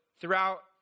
throughout